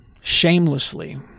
shamelessly